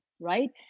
right